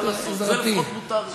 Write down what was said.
מה לעשות, זה לפחות מותר לי.